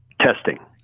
Testing